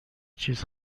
چیز